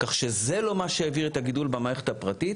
כך שזה לא מה שהעביר את הגידול במערכת הפרטית.